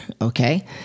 Okay